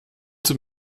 zum